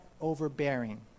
overbearing